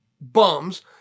bums